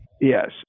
yes